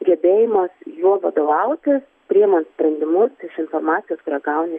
gebėjimas juo vadovautis priimant sprendimus iš informacijos kurią gauni